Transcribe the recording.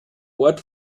ort